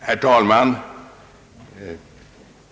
Herr talman!